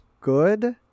good